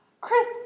Chris